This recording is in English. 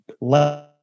let